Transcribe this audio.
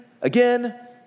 Again